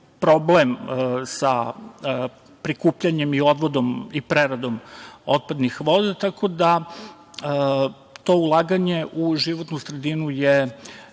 problem sa prikupljanjem, odvodom i preradom otpadnih voda, tako da to ulaganje u životnu sredinu je